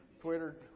Twitter